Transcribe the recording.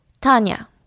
Tanya